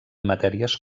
matèries